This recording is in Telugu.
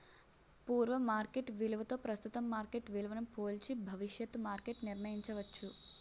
పూర్వ మార్కెట్ విలువతో ప్రస్తుతం మార్కెట్ విలువను పోల్చి భవిష్యత్తు మార్కెట్ నిర్ణయించవచ్చు